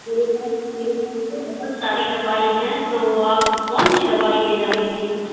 میرے پاس میرے پاس تو بہت ساری دوائی ہیں تو آپ کون سی دوائی لے جاتی تھیں